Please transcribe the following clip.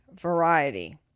variety